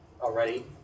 already